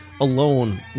alone